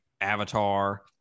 Avatar